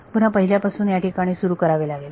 पुन्हा पहिल्यापासून या ठिकाणी सुरु करावे लागेल